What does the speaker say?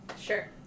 Sure